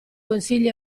consigli